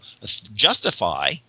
justify